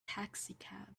taxicab